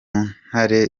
ntare